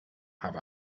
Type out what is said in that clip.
have